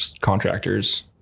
contractors